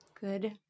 Good